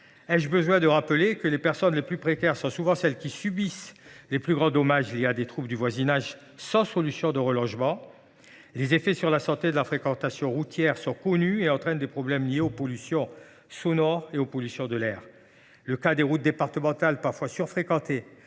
Ai je besoin de rappeler que les personnes les plus précaires sont souvent celles qui subissent les plus grands dommages liés à des troubles du voisinage, alors qu’elles n’ont pas de solution de relogement ? Les effets sur la santé de la fréquentation routière sont connus et entraînent des problèmes liés aux pollutions sonores et de l’air. La surfréquentation d’une route départementale liée à la création